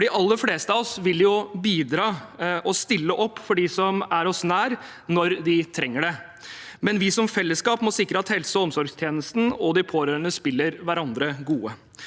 fleste av oss vil jo bidra og stille opp for dem som er oss nær, når de trenger det, men vi som fellesskap må sikre at helse- og omsorgstjenesten og de pårørende spiller hverandre gode.